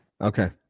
Okay